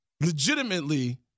legitimately